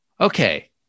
Okay